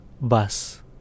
bus